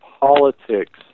politics